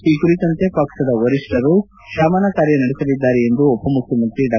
ಈ ಕುರಿತಂತೆ ಪಕ್ಷದ ವರಿಷ್ಠರು ಶಮನ ಕಾರ್ಯ ನಡೆಸಲಿದ್ದಾರೆ ಎಂದು ಉಪಮುಖ್ಯಮಂತ್ರಿ ಡಾ